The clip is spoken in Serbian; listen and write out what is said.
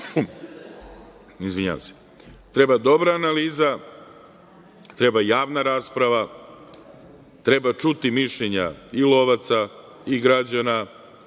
treba dobra analiza, treba javna rasprava, treba čuti mišljenja i lovaca i građana